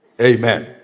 Amen